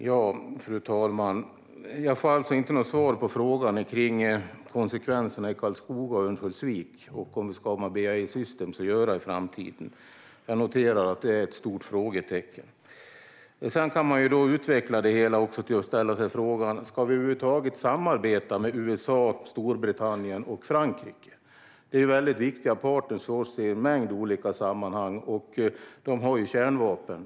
Fru talman! Jag fick alltså inget svar på frågan om konsekvenserna i Karlskoga och Örnsköldsvik och om vi ska ha med BAE Systems att göra i framtiden. Jag noterar att detta är ett stort frågetecken. Sedan kan man utveckla det hela till att ställa sig frågan om vi över huvud taget ska samarbeta med USA, Storbritannien och Frankrike. De är väldigt viktiga partner för oss i en mängd olika sammanhang. Dessa länder har ju kärnvapen.